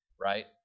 Right